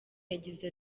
yagize